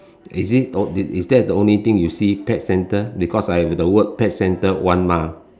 is it on is is that the only thing you see pet centre because I have the word pet centre one mile